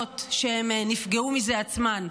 הם דואגים לבנות שהן נפגעו מזה עצמן,